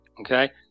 okay